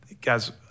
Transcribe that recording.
guy's